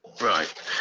Right